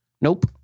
Nope